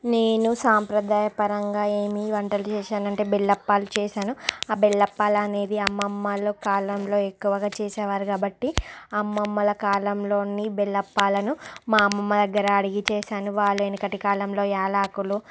నేను సాంప్రదాయపరంగా ఏమీ వంటలు చేశానంటే బెల్లప్పాలు చేశాను ఆ బెల్లపు పాలు అనేది అమ్మమ్మాళ్ళ కాలంలో ఎక్కువగా చేసేవారు కాబట్టి అమ్మమ్మల కాలంలోని బెల్లప్పాలను మా అమ్మమ్మ దగ్గర అడిగి చేశాను వాళ్ళ వెనుకటి కాలంలో యాలక్కులు